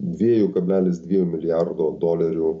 dviejų kablelis dviejų milijardo dolerių